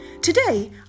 Today